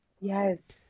yes